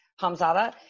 Hamzada